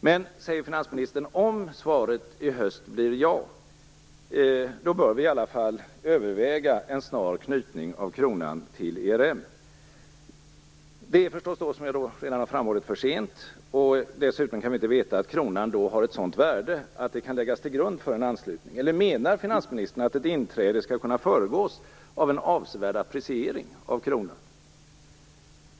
Men, säger finansministern, om svaret i höst blir ja, då bör vi i alla fall överväga en snar knytning av kronan till ERM. Det är förstås då, som jag redan har framhållit, för sent, och dessutom kan vi inte veta att kronan då har ett sådant värde att det kan läggas till grund för en anslutning. Eller menar finansministern att ett inträde skall kunna föregås av en avsevärd appreciering av kronan?